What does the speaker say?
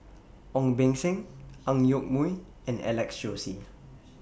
Ong Beng Seng Ang Yoke Mooi and Alex Josey